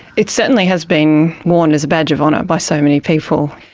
it certainly has been worn as a batch of honour by so many people.